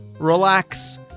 relax